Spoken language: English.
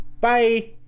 bye